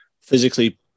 physically